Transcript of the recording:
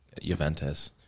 Juventus